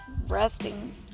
resting